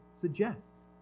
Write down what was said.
suggests